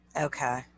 Okay